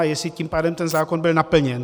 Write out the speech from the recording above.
Jestli tím pádem ten zákon byl naplněn.